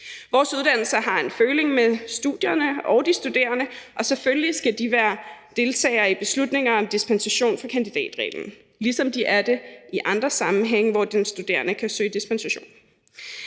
Vores uddannelser har en føling med studierne og de studerende, og selvfølgelig skal de være deltagere i beslutninger om dispensation fra kandidatreglen, ligesom de er det i andre sammenhænge, hvor den studerende kan søge dispensation.